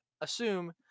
assume